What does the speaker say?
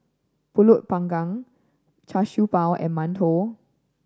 Pulut Panggang Char Siew Bao and mantou